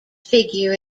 figure